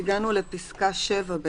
הגענו לפסקה (7).